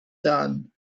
son